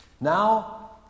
Now